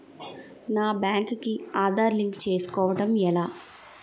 నా బ్యాంక్ కి ఆధార్ లింక్ చేసుకోవడం ఎలా?